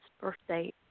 birthday